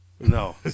No